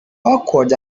awkward